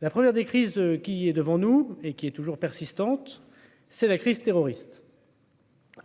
La première des crises qui est devant nous et qui est toujours persistante, c'est la crise terroriste.